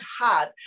hard